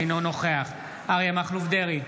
אינו נוכח אריה מכלוף דרעי,